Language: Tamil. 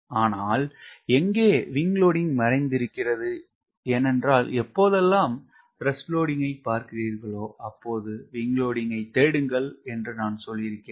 ஆனால் எங்கே WS மறைந்திருக்கிறது ஏனென்றால் எப்போதெல்லாம் TWஐ பார்க்கிறீர்களா அப்போது WSஐ தேடுங்கள் என்று நான் சொல்லியிருக்கிறேன்